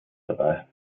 dabei